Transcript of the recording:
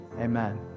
Amen